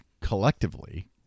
collectively